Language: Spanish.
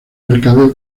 mercadeo